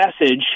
message